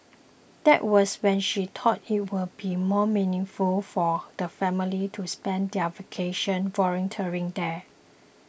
that was when she thought it would be more meaningful for the family to spend their vacation volunteering there